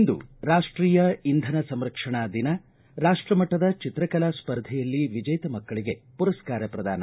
ಇಂದು ರಾಷ್ಷೀಯ ಇಂಧನ ಸಂರಕ್ಷಣಾ ದಿನ ರಾಷ್ಷ ಮಟ್ಟದ ಚಿತ್ರಕಲಾ ಸ್ವರ್ಧೆಯಲ್ಲಿ ವಿಜೇತ ಮಕ್ಕಳಿಗೆ ಮರನ್ಕಾರ ಪ್ರದಾನ